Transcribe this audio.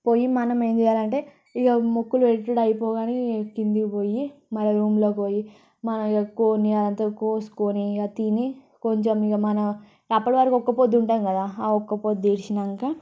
పోయి మనము ఏం చేయాలి అంటే ఇక మొక్కులు పెట్టడం అయిపోగానే క్రిందికి పోయి మన రూంలోకి పోయి మన యొక్క కోడిని అది అంతా కోసుకొని అది తిని కొంచెం ఇక మన అప్పటి వరకు ఒక్క పొద్దు ఉంటాము కదా ఒక్క పొద్దు విడిచాక